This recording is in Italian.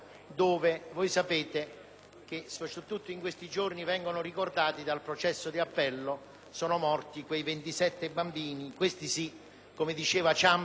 in cui - in questi giorni vengono ricordati dal processo di appello - sono morti 27 bambini, questi sì, come diceva il presidente Ciampi, lo voglio ricordare ancora una volta,